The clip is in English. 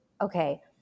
okay